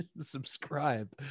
Subscribe